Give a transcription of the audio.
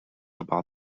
about